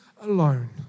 alone